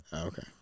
Okay